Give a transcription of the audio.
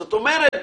זאת אומרת,